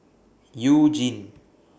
YOU Jin